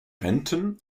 renten